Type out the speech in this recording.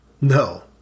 No